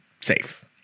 safe